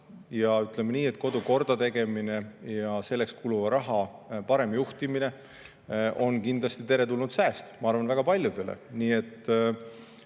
Ütleme nii, et kodu kordategemine ja selleks kuluva raha parem juhtimine on kindlasti teretulnud sääst, ma arvan, väga paljudele.